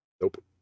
Nope